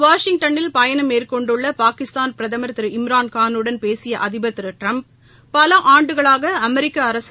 வாஷிங்னில் பயணம் மேற்கொண்டுள்ள பாகிஸ்தான் பிரதமர் திரு இம்ரான்கானுடன் பேசிய அதிபர் திரு ட்டிரம்ப் பல ஆண்டுளாக அமெரிக்க அரசு